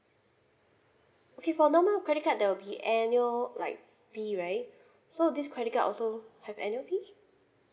okay for normal credit card there will be annual like fee right so this credit also have annual fee